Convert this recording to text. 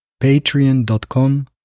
Patreon.com